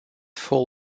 full